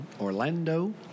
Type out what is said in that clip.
Orlando